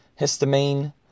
histamine